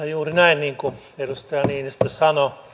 juuri näin niin kuin edustaja niinistö sanoi